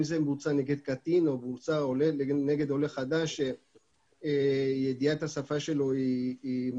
אם זה מבוצע נגד קטין או מבוצע נגד עולה חדש שידיעת השפה שלו מוגבלת